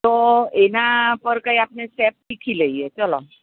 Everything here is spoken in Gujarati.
તો એના પર કંઈ આપણે સ્ટેપ શીખી લઈએ ચલો